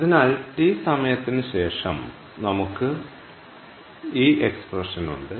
അതിനാൽ τ സമയത്തിന് ശേഷം നമുക്ക് ഈ പദപ്രയോഗം ഉണ്ട്